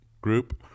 group